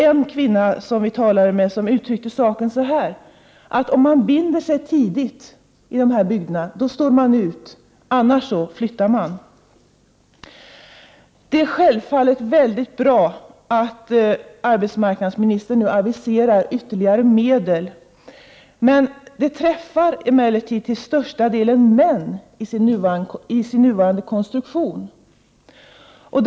En kvinna som vi talade med uttryckte saken så här: Om man binder sig tidigt i dessa bygder står man ut; annars flyttar man. Det är självfallet väldigt bra att arbetsmarknadsministern nu aviserar ytterligare medel. Men dessa träffar emellertid i nuvarande konstruktion till största delen män.